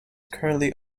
currently